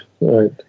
right